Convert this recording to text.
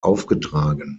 aufgetragen